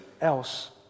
else